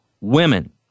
Women